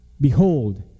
Behold